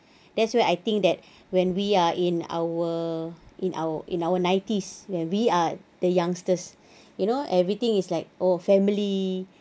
that's where I think that when we are in our in our in our nineties when we are the youngsters you know everything is like oh family